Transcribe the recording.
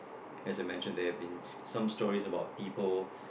as I mentioned there have been some stories about people